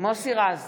מוסי רז,